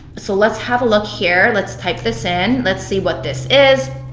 so let's have a look here. let's type this in. let's see what this is.